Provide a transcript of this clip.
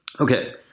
Okay